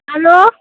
hello